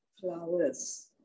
flowers